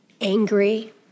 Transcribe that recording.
angry